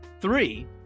three